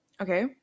okay